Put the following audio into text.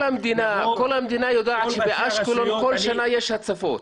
כל המדינה יודעת שבאשקלון כל שנה יש הצפות.